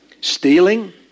stealing